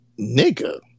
nigga